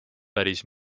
päris